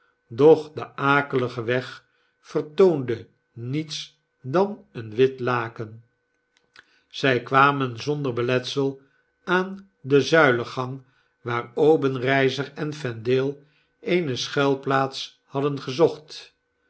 doch de akelige weg vertoonde niets dan een wit laken zij kwamen zonder beletsel aan den zuilengang waar obenreizer en vendale eene schuilplaats hadden gezocht